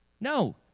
No